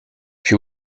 she